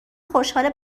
خوشحال